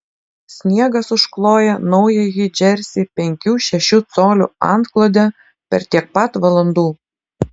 sniegas užkloja naująjį džersį penkių šešių colių antklode per tiek pat valandų